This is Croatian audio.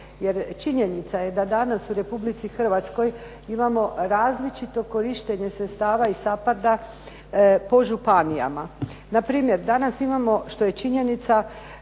jer činjenica je da danas u Republici Hrvatskoj imamo različito korištenje sredstava iz SAPARD-a po županijama. Na primjer, danas imamo što je činjenica